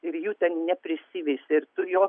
ir jų ten neprisiveisia ir tu jo